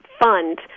fund